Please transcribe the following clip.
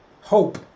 hope